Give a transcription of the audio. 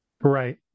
Right